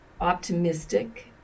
optimistic